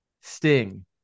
sting